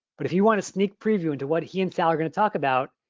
but if you want a sneak preview into what he and sal are gonna talk about,